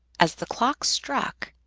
as the clock struck,